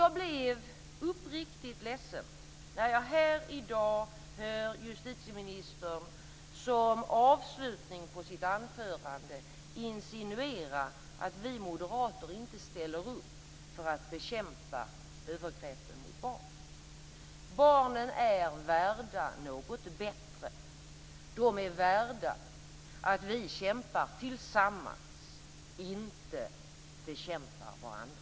Jag blev uppriktigt ledsen när jag här i dag hörde justitieministern som avslutning på sitt anförande insinuera att vi moderater inte ställer upp för att bekämpa övergreppen mot barn. Barnen är värda något bättre. De är värda att vi kämpar tillsammans, inte bekämpar varandra.